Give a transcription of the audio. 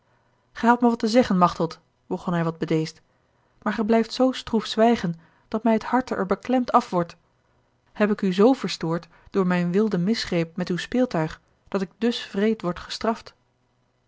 hadt mij wat te zeggen machteld begon hij wat bedeesd maar gij blijft zoo stroef zwijgen dat mij het harte er beklemd af wordt heb ik u z verstoord door mijn wilden misgreep met uw speeltuig dat ik dus wreed wordt gestraft